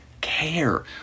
Care